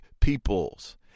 peoples